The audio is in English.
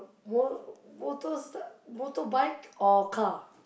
mo~ motors motorbike or car